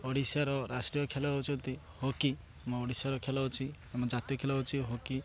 ଓଡ଼ିଶାର ରାଷ୍ଟ୍ରୀୟ ଖେଳ ହୁଉନ୍ତି ହକି ଆମ ଓଡ଼ିଶାର ଖେଳ ଅଛି ଆମ ଜାତୀୟ ଖେଳ ହେଉଛି ହକି